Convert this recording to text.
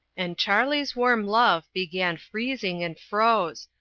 and charley's warm love began freezing and froze,